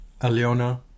Aliona